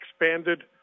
expanded